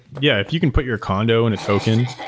yeah, if you can put your condo in a token,